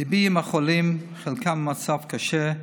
ליבי עם החולים, שחלקם במצב קשה,